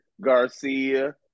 Garcia